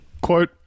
Quote